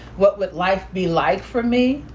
what would life be like for me?